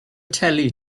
telly